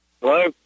hello